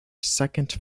second